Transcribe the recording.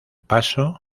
paso